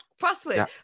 password